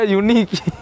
unique